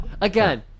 again